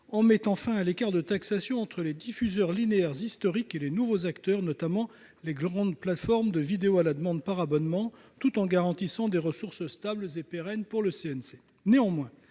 en mettant fin à l'écart de taxation entre les diffuseurs linéaires historiques et les nouveaux acteurs, notamment les grandes plateformes de vidéo à la demande par abonnement, tout en garantissant des ressources stables et pérennes pour le CNC.